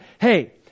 hey